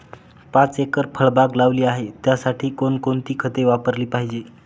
पाच एकर फळबाग लावली आहे, त्यासाठी कोणकोणती खते वापरली पाहिजे?